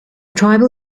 tribal